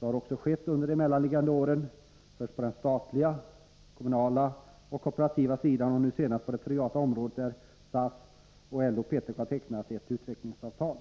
Så har också skett under de mellanliggande åren, först på den statliga, kommunala och kooperativa sidan och nu senast på det privata området, där SAF, LO och PTK har tecknat ett utvecklingsavtal.